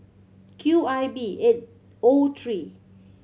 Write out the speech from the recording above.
Q I B eight O three